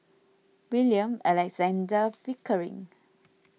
William Alexander Pickering